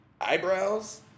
eyebrows